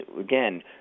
again